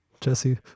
Jesse